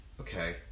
okay